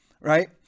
right